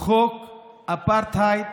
חוק אפרטהייד